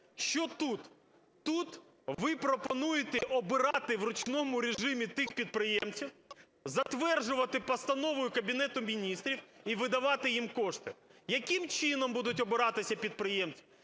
Що тут? Тут ви пропонуєте обирати в ручному режимі тих підприємців, затверджувати постановою Кабінету Міністрів і видавати їм кошти. Яким чином будуть обиратися підприємці?